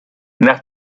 nach